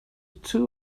two